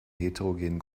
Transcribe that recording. heterogenen